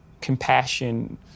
compassion